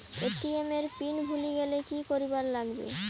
ATM এর PIN ভুলি গেলে কি করিবার লাগবে?